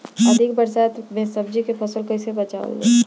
अधिक बरसात में सब्जी के फसल कैसे बचावल जाय?